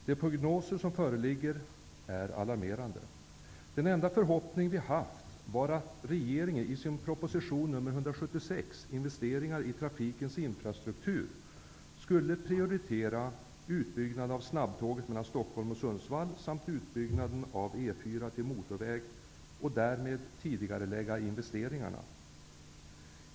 De prognoser som föreligger är alarmerande. Den enda förhoppning som vi har haft var att regeringen i sin proposition 176, Investeringar i trafikens infrastruktur, skulle prioritera utbyggnaden av snabbtåget mellan Stockholm och Sundsvall samt utbyggnaden av E4 till motorväg och därmed tidigarelägga investeringarna.